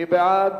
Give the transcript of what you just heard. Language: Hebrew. מי בעד?